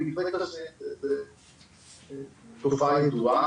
במקרה כזה תופעה ידועה,